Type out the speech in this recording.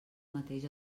mateix